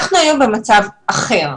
אנחנו היום במצב אחר.